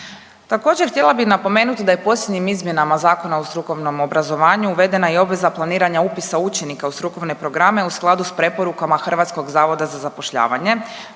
Također, htjela bih napomenuti da je posljednjim izmjenama Zakona o strukovnom obrazovanju uvedena i obveza planiranja upisa učenika u strukovne programe u skladu sa preporukama Hrvatskog zavoda za zapošljavanje